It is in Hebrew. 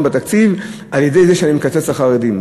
בתקציב על-ידי זה שאני מקצץ לחרדים,